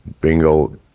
bingo